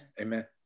Amen